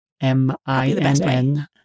M-I-N-N